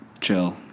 chill